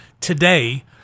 today